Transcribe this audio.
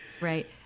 Right